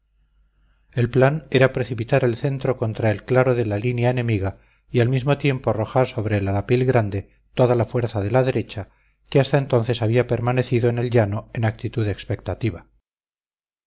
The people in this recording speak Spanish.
el plan era precipitar el centro contra el claro de la línea enemiga y al mismo tiempo arrojar sobre el arapil grande toda la fuerza de la derecha que hasta entonces había permanecido en el llano en actitud expectativa